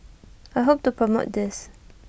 I hope to promote this